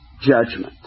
judgment